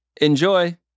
Enjoy